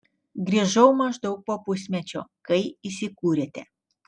grįžau maždaug po pusmečio kai įsikūrėte